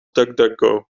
duckduckgo